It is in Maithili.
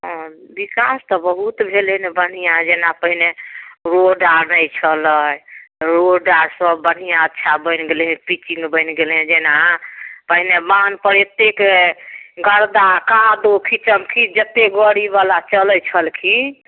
हँ बिकास तऽ बहुत भेलै जेना पहिने रोड आर नहि छलै रोड आर सब बढिआँ छै आब बनि गेलै पिचिंग बनि गेलै जेना पहिने बान्ह पर एतेक गर्दा कादो खीचम खीच जते गाड़ी बला चलै छलखिन